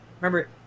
Remember